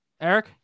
Eric